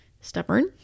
stubborn